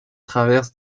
traverse